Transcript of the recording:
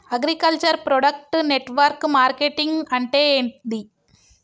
Agriculture product network marketing అంటే ఏంది?